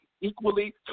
equally